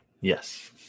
Yes